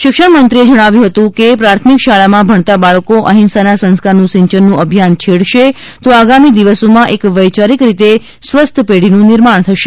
શિક્ષણમંત્રીશ્રી ભુપેન્દ્રસિંહ ચુડાસમાએ જણાવ્યું હતું કે પ્રાથમિ શાળામાં ભણતા બાળકો અહિંસાના સંસ્કાર સિંચનનું અભિયાન છેડશે તો આગામી દિવસોમાં એક વૈચારિક રીતે સ્વસ્થ પેઢીનું નિર્માણ થશે